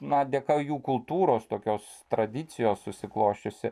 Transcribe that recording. na dėka jų kultūros tokios tradicijos susiklosčiusi